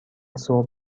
صبح